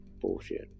Bullshit